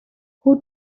who